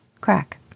crack